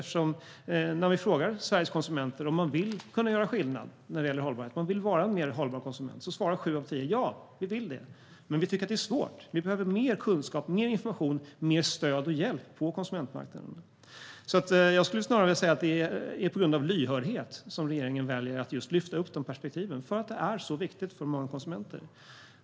När man frågar Sveriges konsumenter om de vill kunna göra skillnad när det gäller hållbarhet - om de vill vara mer hållbara konsumenter - svarar nämligen sju av tio: Ja, vi vill det, men vi tycker att det är svårt. Vi behöver mer kunskap, mer information och mer stöd och hjälp på konsumentmarknaden. Jag skulle alltså säga att det är på grund av lyhördhet som regeringen väljer att lyfta upp dessa perspektiv, eftersom det är viktigt för många konsumenter.